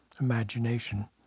imagination